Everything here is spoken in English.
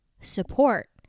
support